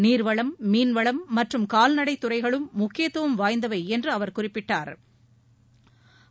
நீர் வளம் மீன்வளம் மற்றும் கால்நடை துறைகளும் முக்கியத்துவம் வாய்ந்தவை என்று அவர் குறிப்பிட்டாள்